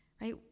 right